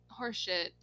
horseshit